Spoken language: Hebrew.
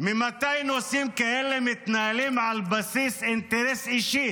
ממתי נושאים כאלה מתנהלים על בסיס אינטרס אישי